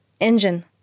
Engine